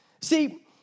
See